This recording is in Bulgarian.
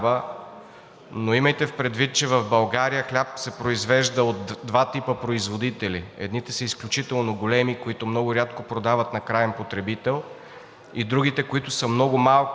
но имайте предвид, че в България хляб се произвежда от два типа производители. Едните са изключително големи, които много рядко продават на краен потребител, и другите, които са много малки